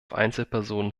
einzelpersonen